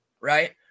Right